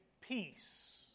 peace